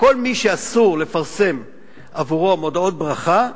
כל מי שאסור לפרסם עבורו מודעות ברכה,